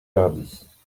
hardis